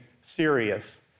serious